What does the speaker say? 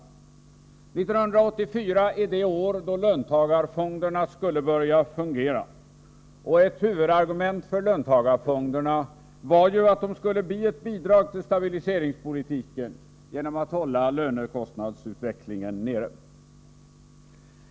1984 är det år då löntagarfonderna skulle börja fungera, och ett huvudargument för löntagarfonderna var ju att de skulle bli ett bidrag till stabiliseringspolitiken genom att hålla lönekostnadsutvecklingen nere.